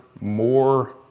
more